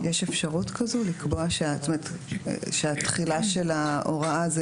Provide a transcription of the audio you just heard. האם יש אפשרות כזו לקבוע שתחילת ההוראה,